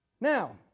now